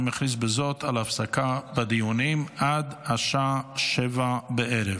אני מכריז בזאת על הפסקה בדיונים עד השעה 19:00 בערב.